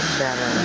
better